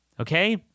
Okay